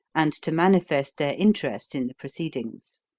and to manifest their interest in the proceedings.